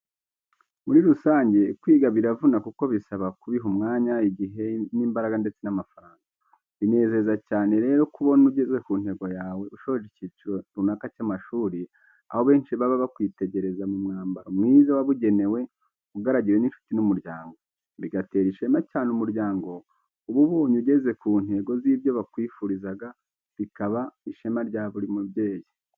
Muri rusange kwiga biravuna kuko bisaba kubiha umwanya, igihe n'imbaraga ndetse n'amafaranga. Binezeza cyane rero kubona ugeze ku ntego yawe usoje icyiciro runaka cy'amashuri, aho benshi baba bakwitegereza mu mwambaro mwiza wabugenewe ugaragiwe n'inshuti n'umuryango. Bigatera ishema cyane umuryango uba ubonye ugeze ku ntego z'ibyo bakwifurizaga bikaba ishema rya buri mubyeyi.